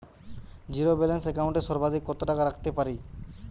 Zero balance account এ সর্বাধিক কত টাকা রাখতে পারি?